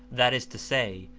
that is to say,